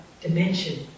dimension